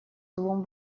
двум